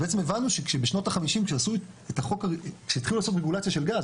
בעצם הבנו שבשנות החמישים כשהתחילו לעשות רגולציה של גז,